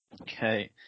Okay